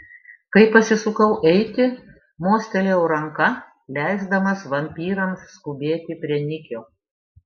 kai pasisukau eiti mostelėjau ranka leisdamas vampyrams skubėti prie nikio